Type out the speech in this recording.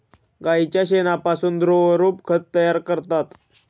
गाईच्या शेणापासूनही द्रवरूप खत तयार करतात